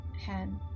hand